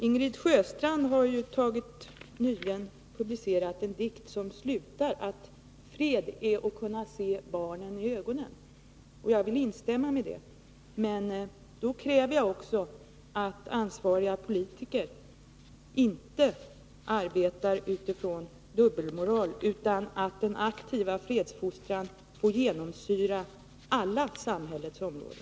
Ingrid Sjöstrand har nyligen publicerat en dikt som slutar med orden: Fred är att kunna se barnen i ögonen. Jag vill instämma i det. Men då kräver jag också att ansvariga politiker inte arbetar utifrån dubbelmoral utan att den aktiva fredsfostran får genomsyra alla samhällets områden.